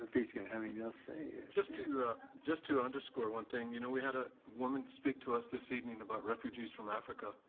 if he's gonna have anything else to say. just to just to underscore one thing. you know, we had a woman speak to us this evening about refugees from africa